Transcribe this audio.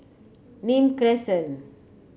Nim Crescent